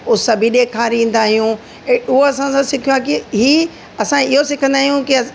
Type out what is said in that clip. उस बि ॾेखारींदा आहियूं ऐं उहा असां सां सिखिया कि ई असां इहो सिखंदा आहियूं कि